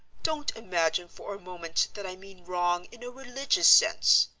don't imagine for a moment that i mean wrong in a religious sense.